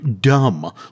dumb